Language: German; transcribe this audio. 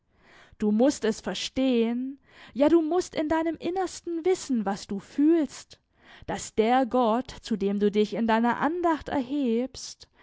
du mußt es verstehen ja du mußt in deinem innersten wissen was du fühlst daß der gott zu dem du dich in deiner andacht erhebst